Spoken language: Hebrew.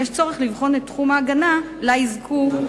יש צורך לבחון את תחום ההגנה שיזכו לה